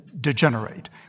degenerate